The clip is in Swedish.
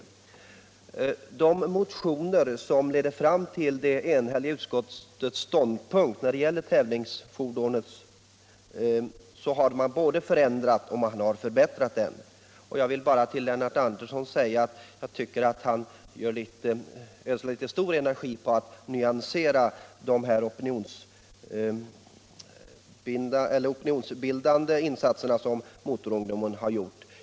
å De motioner som lett till utskottets enhälliga ståndpunkt när det gäller tävlingsfordonen har medfört en förändring och en förbättring av propositionsförslaget. Jag vill bara till Lennart Andersson säga att jag tycker att han ödslar väl mycket energi på att nyansera de opinionsbildande insatser som motorungdomen har gjort.